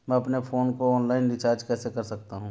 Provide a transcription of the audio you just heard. मैं अपने फोन को ऑनलाइन रीचार्ज कैसे कर सकता हूं?